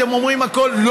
אתם אומרים הכול.